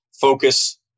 focus